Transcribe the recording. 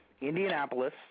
Indianapolis